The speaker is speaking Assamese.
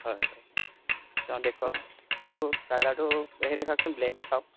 হয় হয় হয় অঁ দেখুওৱাক এইটো কালাৰটো হেৰি দেখুৱাওকচোন ব্লেক দেখুৱাওক